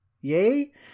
Yay